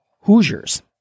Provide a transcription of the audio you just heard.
Hoosiers